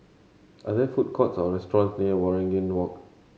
are there food courts or restaurants near Waringin Walk